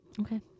Okay